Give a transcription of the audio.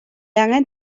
angen